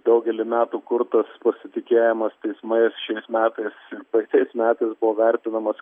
daugelį metų kurtas pasitikėjimas teismais šiais metais ir praeitais metais buvo vertinamas